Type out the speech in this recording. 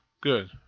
Good